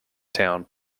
town